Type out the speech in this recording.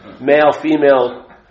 male-female